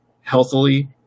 healthily